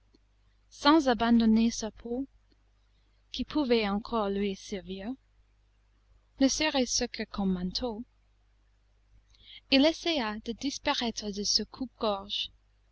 sans abandonner sa peau qui pouvait encore lui servir ne serait-ce que comme manteau il essaya de disparaître de ce coupe-gorge